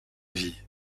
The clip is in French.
vie